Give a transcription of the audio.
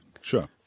Sure